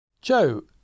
Joe